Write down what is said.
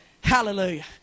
Hallelujah